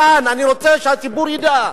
כאן, אני רוצה שהציבור ידע.